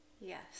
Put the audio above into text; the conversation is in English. Yes